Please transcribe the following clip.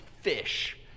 fish